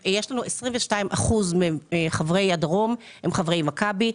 22% מתושבי הדרום הם חברי מכבי.